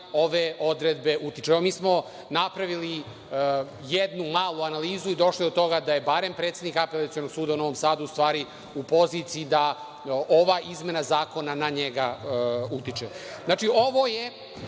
ove odredbe utiču? Evo, mi smo napravili jednu malu analizu i došli do toga da je barem predsednik Apelacionog suda u Novom Sadu, u stvari, u poziciji da ova izmena zakona na njega utiče. Znači, ovo je